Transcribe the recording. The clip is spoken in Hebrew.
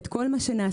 את כל מה שנעשה.